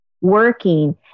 working